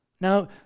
Now